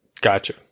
Gotcha